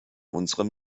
unserem